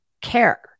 care